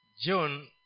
John